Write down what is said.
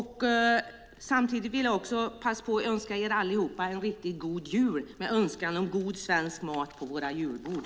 Samtidigt vill jag passa på att önska er alla en riktigt god jul - detta sagt också med en önskan om god svensk mat på våra julbord.